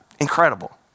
Incredible